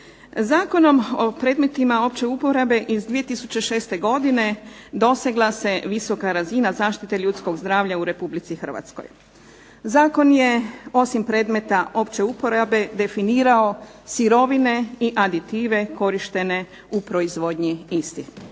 Zakonom o predmetima opće uporabe iz 2006. godine dosegla se visina razina zaštite ljudskog zdravlja u Republici Hrvatskoj. Zakon je osim predmeta opće uporabe definirao sirovine i aditive korištene u proizvodnji istih.